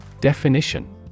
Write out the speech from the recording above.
Definition